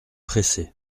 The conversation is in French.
pressé